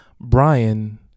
Brian